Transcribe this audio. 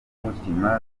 inkoramutima